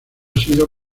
sido